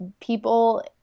people